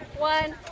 one,